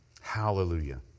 Hallelujah